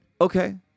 okay